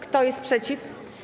Kto jest przeciw?